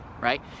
right